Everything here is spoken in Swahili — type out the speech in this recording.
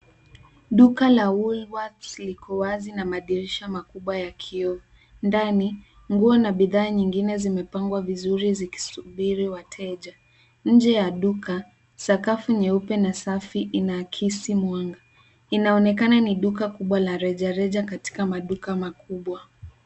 Duka la Wool worths liko wazi na madirisha makubwa ya kioo. Ndani, nguo na bidhaa nyingine zimepangwa vizuri zikisubiri wateja. Nje ya duka, sakafu nyeupe na safi inaakisi mwanga. Inaonekana ni duka kubwa la rejareja katika maduka makubwa.